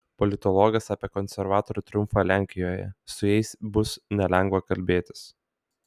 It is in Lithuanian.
politologas apie konservatorių triumfą lenkijoje su jais bus nelengva kalbėtis